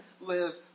live